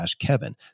kevin